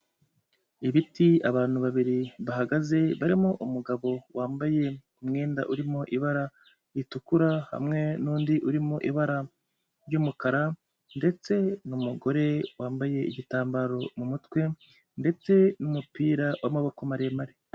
Ibiti abantu babiri bahagaze barimo umugabo wambaye umwenda urimo ibara ritukura, hamwe n'undi urimo ibara ry'umukara ndetse n'umugore wambaye igitambaro mu mutwe ndetse n'umupira w'amaboko maremare.